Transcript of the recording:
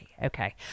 Okay